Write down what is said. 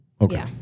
Okay